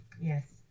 Yes